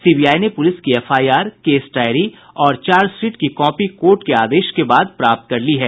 CBI ने police की FIR case diary और चार्जशीट की कॉपी कोर्ट के आदेश के बाद प्राप्त कर ली है